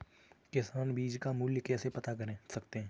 किसान बीज का मूल्य कैसे पता कर सकते हैं?